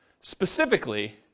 specifically